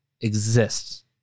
exists